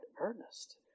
earnest